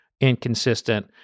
inconsistent